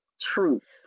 truth